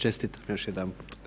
Čestitam još jedanput.